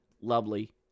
lovely